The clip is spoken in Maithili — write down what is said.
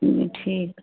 ठीक